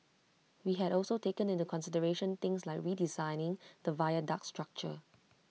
we had also taken into consideration things like redesigning the viaduct structure